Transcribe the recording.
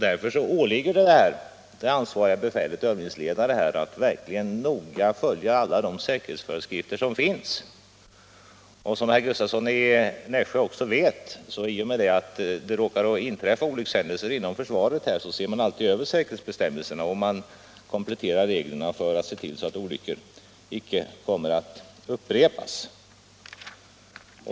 Därför åligger det ansvarigt befäl och övningsledare att noga följa alla de säkerhetsföreskrifter som 17 Om arbetarskyddet inom försvaret finns. Och när det inträffar olyckshändelser inom försvaret ses, som herr Gustavsson i Nässjö vet, säkerhetsbestämmelserna över och reglerna kompletteras för att sådana olyckor inte skall upprepas.